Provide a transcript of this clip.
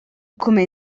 come